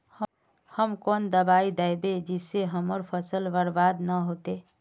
हम कौन दबाइ दैबे जिससे हमर फसल बर्बाद न होते?